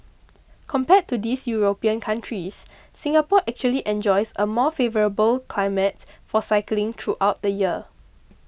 compared to these European countries Singapore actually enjoys a more favourable climate for cycling throughout the year